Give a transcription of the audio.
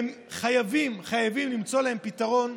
חייבים למצוא להם פתרון.